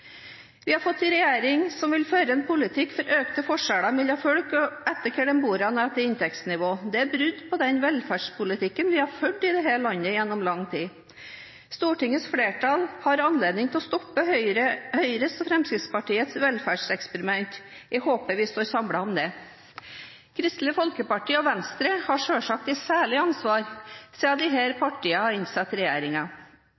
Vi har fått en regjering som vil føre en politikk for økte forskjeller mellom folk avhengig av hvor de bor og avhengig av inntektsnivå. Det er brudd på den velferdspolitikken vi har ført i dette landet gjennom lang tid. Stortingets flertall har anledning til å stoppe Høyres og Fremskrittspartiets velferdseksperiment. Jeg håper vi står samlet om det. Kristelig Folkeparti og Venstre har selvsagt et særlig ansvar,